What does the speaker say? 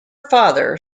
father